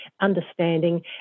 understanding